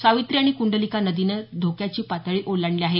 सावित्री आणि कुंडलिका नदीनं धोक्याची पातळी ओलांडली आहे